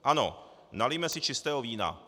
Ano, nalijme si čistého vína.